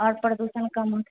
आओर प्रदूषण कम होतए